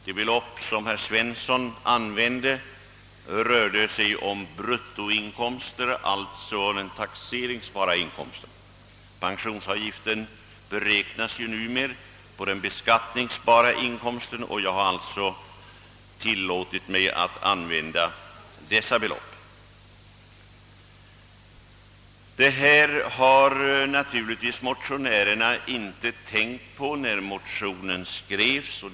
De belopp som herr Svensson i Kungälv räknade, med var bruttoinkomster, alltså taxerade inkomster. Pensionsavgiften beräknas ju numera på den beskattningsbara inkomsten, och jag har därför tillåtit mig att konsekvent använda de beloppen. Denna effekt av förslaget har motio närerna naturligtvis inte tänkt på när de skrev motionen.